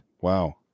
Wow